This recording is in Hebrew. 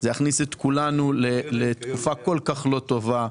זה יכניס את כולנו לתקופה כל כך לא טובה.